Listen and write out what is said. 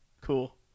Cool